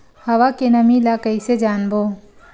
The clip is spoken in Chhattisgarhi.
हवा के नमी ल कइसे जानबो?